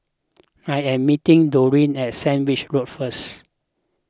I am meeting Doreen at Sandwich Road first